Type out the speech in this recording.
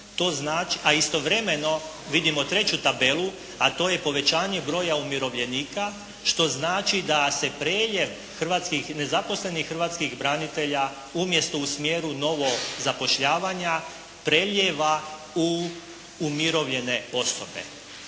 a istovremeno vidimo treću tabelu a to je povećanje broja umirovljenika što znači da se preljev hrvatskih, nezaposlenih hrvatskih branitelja umjesto u smjeru novozapošljavanja preljeva u umirovljene osobe